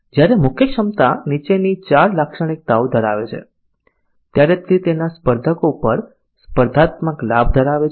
જ્યારે મુખ્ય ક્ષમતા નીચેની 4 લાક્ષણિકતાઓ ધરાવે છે ત્યારે તે તેના સ્પર્ધકો પર સ્પર્ધાત્મક લાભ ધરાવે છે